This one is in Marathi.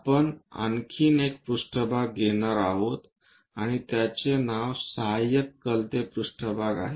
आपण आणखी एक पृष्ठभाग घेणार आहोत आणि त्याचे नाव सहायक कलते पृष्ठभाग आहे